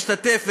להשתתף,